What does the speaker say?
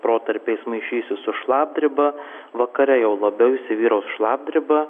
protarpiais maišysis su šlapdriba vakare jau labiau įsivyraus šlapdriba